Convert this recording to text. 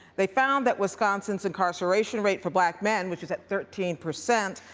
they found that wisconsin's incarceration rate for black men, which is at thirteen percent,